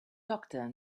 doctor